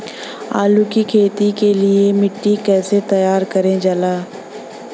आलू की खेती के लिए मिट्टी कैसे तैयार करें जाला?